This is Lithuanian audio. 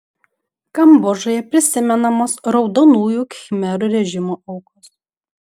kambodžoje prisimenamos raudonųjų khmerų režimo aukos